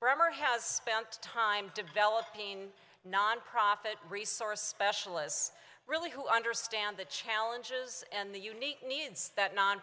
bremmer has spent time develop pain nonprofit resource specialists really who understand the challenges and the unique needs that non